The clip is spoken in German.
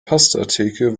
pastatheke